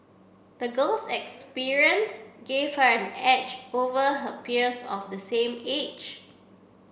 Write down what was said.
the girl's experience gave her an edge over her peers of the same age